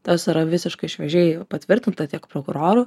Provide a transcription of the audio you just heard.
tas yra visiškai šviežiai patvirtinta tiek prokurorų